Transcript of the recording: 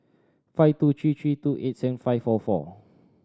five two three three two eight seven five four four